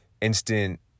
instant